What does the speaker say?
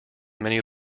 many